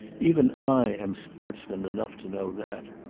even i am sportsman enough to know that.